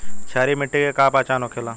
क्षारीय मिट्टी के का पहचान होखेला?